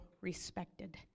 respected